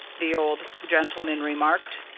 the old gentleman remarked.